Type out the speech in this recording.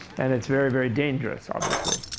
and it's very, very dangerous, obviously.